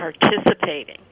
participating